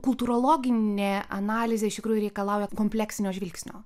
kultūrologinė analizė iš tikrųjų reikalauja kompleksinio žvilgsnio